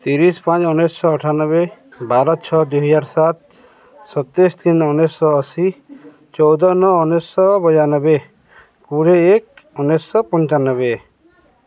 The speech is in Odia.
ତିରିଶ ପାଞ୍ଚ ଉଣେଇଶହ ଅଠାନବେ ବାର ଛଅ ଦୁଇ ହଜାର ସାତ ସତେଇଶ ତିନ ଉଣେଇଶହ ଅଶୀ ଚଉଦ ନଅ ଉଣେଇଶହ ବୟାନବେ କୋଡ଼ିଏ ଏକ ଉଣେଇଶହ ପଞ୍ଚାନବେ